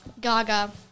Gaga